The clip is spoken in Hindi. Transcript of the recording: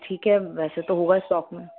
ठीक है वैसे तो होगा स्टॉक में